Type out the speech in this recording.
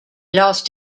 lost